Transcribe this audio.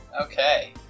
Okay